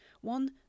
one